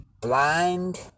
blind